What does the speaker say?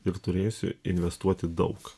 ir turėsiu investuoti daug